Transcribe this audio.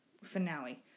Finale